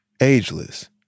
ageless